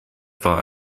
war